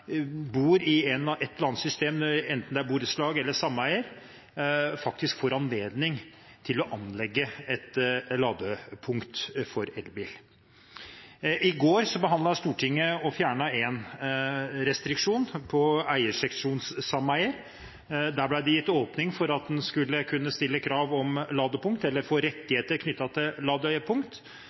bor i et eller annet system, enten borettslag eller sameier, faktisk får anledning til å anlegge et ladepunkt for elbil. I går behandlet Stortinget fjerning av en restriksjon på eierseksjonsameie. Det ble gitt åpning for å kunne stille krav om ladepunkt, eller å få rettigheter knyttet til ladepunkt.